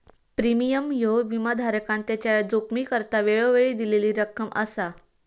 premium ह्यो विमाधारकान त्याच्या जोखमीकरता वेळोवेळी दिलेली रक्कम असा